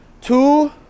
Two